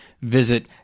Visit